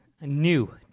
New